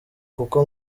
kuko